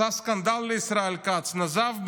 עשה סקנדל לישראל כץ, נזף בו,